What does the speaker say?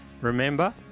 Remember